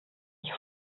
sich